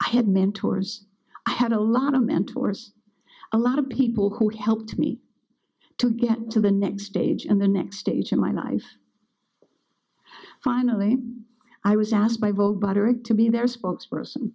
i had mentors i had a lot of mentors a lot of people who helped me to get to the next stage in the next stage of my life finally i was asked by both butterick to be their spokesperson